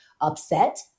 upset